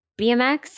bmx